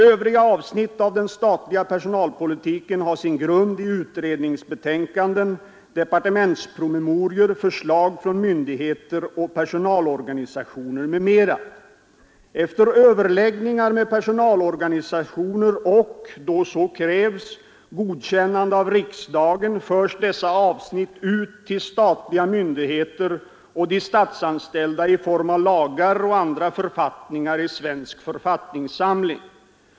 Övriga avsnitt av den statliga personalpolitiken har sin grund i utredningsbetänkanden, departementspromemorior, förslag från myndigheter och personalorganisationer m.m. Efter överläggningar med personalorganisationer och, då så krävs, godkännande av riksdagen förs dessa avsnitt ut till statliga myndigheter och de statsanställda i form av lagar och andra författningar i Svensk författningssamling.